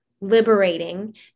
liberating